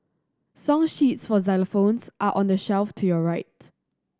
song sheets for xylophones are on the shelf to your right